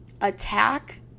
attack